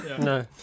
No